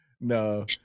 No